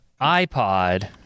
iPod